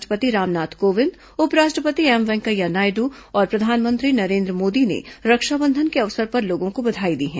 राष्ट्रपति रामनाथ कोविंद उपराष्ट्रपति एम वेंकैया नायड् और प्रधानमंत्री नरेन्द्र मोदी ने रक्षाबंधन के अवसर पर लोगों को बधाई दी हैं